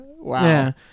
Wow